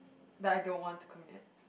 that I don't want to commit